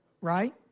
right